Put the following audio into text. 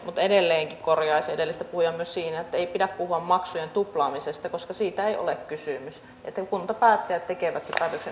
mutta edelleenkin korjaisin edellistä puhujaa myös siinä että ei pidä puhua maksujen tuplaamisesta koska siitä ei ole kysymys kuntapäättäjät tekevät sen päätöksen